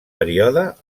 període